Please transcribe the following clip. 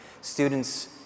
Students